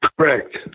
Correct